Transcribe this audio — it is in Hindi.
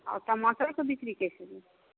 और टमाटर के बिक्री कैसे दिए